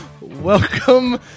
welcome